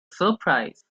surprise